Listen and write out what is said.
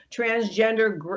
transgender